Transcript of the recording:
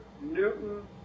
Newton